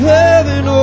heaven